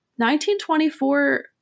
1924